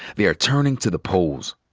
they are turning to the polls.